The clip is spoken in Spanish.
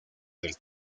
del